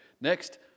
Next